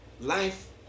life